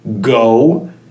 go